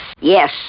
Yes